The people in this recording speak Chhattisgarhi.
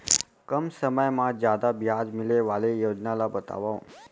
कम समय मा जादा ब्याज मिले वाले योजना ला बतावव